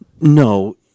No